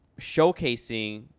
showcasing